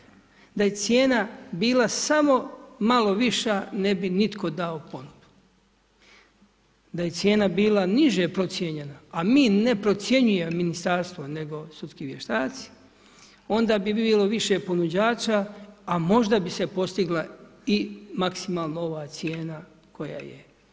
Da je cijena bila samo malo viša ne bi nitko dao ponudu, da je cijena bila niže procijenjena, a mi ne procjenjujemo, ministarstvo, nego sudski vještaci, onda bi bilo više ponuđača, a možda bi se postigla i maksimalno ova cijena koja je.